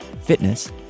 fitness